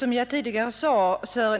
Herr talman!